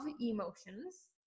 emotions